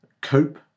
cope